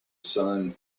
son